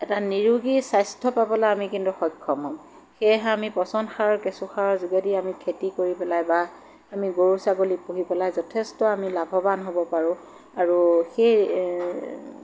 এটা নিৰোগী স্বাস্থ্য পাবলৈ আমি কিন্তু সক্ষম হ'ম সেয়েহে আমি পচন সাৰ কেঁচুসাৰৰ যোগেদি আমি খেতি কৰি পেলাই বা আমি গৰু ছাগলী পুহি পেলাই যথেষ্ট আমি লাভৱান হ'ব পাৰোঁ আৰু সেই